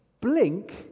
blink